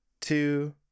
two